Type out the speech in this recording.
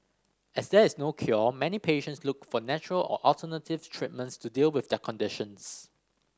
as there is no cure many patients look for natural or alternative treatments to deal with their conditions